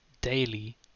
Daily